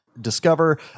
discover